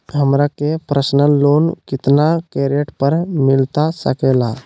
हमरा के personal loan कितना के रेट पर मिलता सके ला?